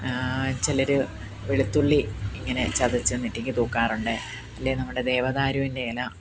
ചിലർ വെളുത്തുള്ളി ഇങ്ങനെ ചതച്ച് നെറ്റിക്ക് തൂക്കാറുണ്ട് അല്ലേ നമ്മുടെ ദേവതാരുവിൻ്റെ ഇല